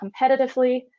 competitively